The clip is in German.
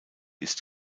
ist